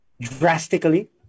Drastically